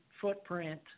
footprint